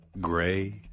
gray